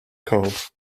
cove